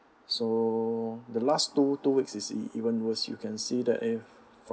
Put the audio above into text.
so the last two two weeks is even worse you can see that eh